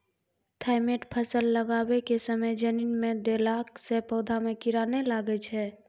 Thimet फ़सल लगाबै के समय जमीन मे देला से पौधा मे कीड़ा नैय लागै छै?